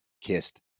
kissed